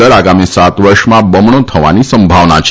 દર આગામી સાત વર્ષમાં બમણો થવાની સંભાવના છે